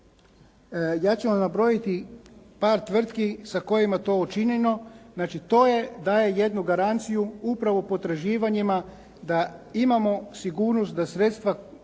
Ja ću vam nabrojiti par tvrtki sa kojima je to učinjeno. Znači to je, daje jednu garanciju upravo potraživanjima da imamo sigurnost da sredstva će